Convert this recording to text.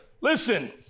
listen